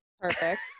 perfect